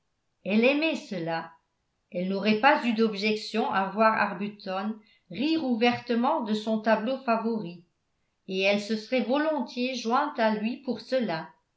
elle aimait cela elle n'aurait pas eu d'objection à voir arbuton rire ouvertement de son tableau favori et elle se serait volontiers jointe à lui pour cela